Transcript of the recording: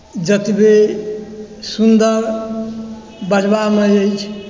जतबे सुन्दर बजबामे अछि